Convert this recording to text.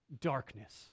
darkness